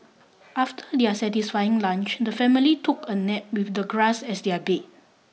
after their satisfying lunch the family took a nap with the grass as their bed